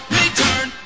return